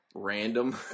Random